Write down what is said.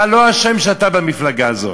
אתה לא אשם שאתה במפלגה הזאת.